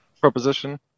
proposition